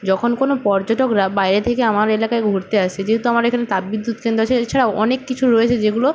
যখন কোনো পর্যটকরা বাইরে থেকে আমার এলাকায় ঘুরতে আসে যেহেতু আমার এখানে তাপবিদ্যুৎ কেন্দ্র আছে এছাড়াও অনেক কিছু রয়েছে যেগুলো